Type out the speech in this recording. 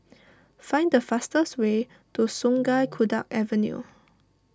find the fastest way to Sungei Kadut Avenue